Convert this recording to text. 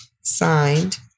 signed